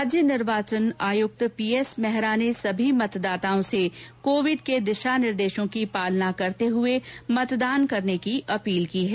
राज्य निर्वाचन आयुक्त पीएस मेहरा ने सभी मतदाताओं से कोविड के दिशा निर्देशों की पालना करते हुए मतदान की अपील की है